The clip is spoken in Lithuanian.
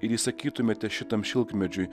įsakytumėte šitam šilkmedžiui